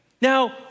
Now